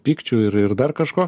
pykčių ir ir dar kažko